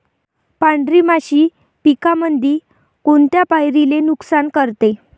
पांढरी माशी पिकामंदी कोनत्या पायरीले नुकसान करते?